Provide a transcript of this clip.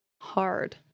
hard